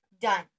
done